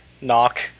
Knock